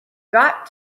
got